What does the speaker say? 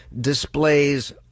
displays